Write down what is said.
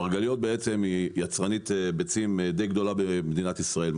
מרגליות בעצם היא יצרנית ביצים די גדולה במדינת ישראל,